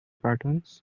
cartoons